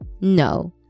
No